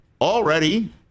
already